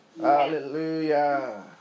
Hallelujah